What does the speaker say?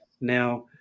now